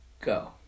go